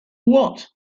what